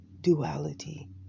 duality